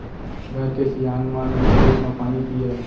घर के सियान मन लोटेच म पानी पियय